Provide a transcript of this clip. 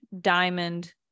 diamond